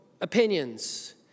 opinions